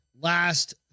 last